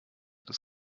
des